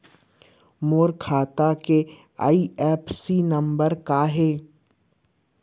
मोर खाता के IFSC number का हे?